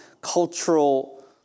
cultural